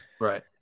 right